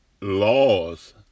laws